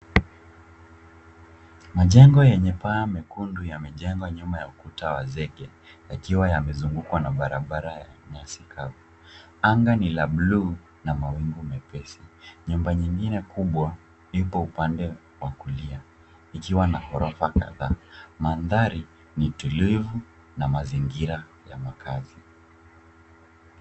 Majengo yenye paa mekundu yamejengwa nyuma ya ukuta wa zege yakiwa yamezungukwa na barabara ya nyasi kavu. Anga ni la bluu na mawingu mepesi. Nyumba nyingine kubwa ipo upande wa kulia ikiwa na ghorofa kadhaa. Mandhari ni tulivu na mazingira ya makazi.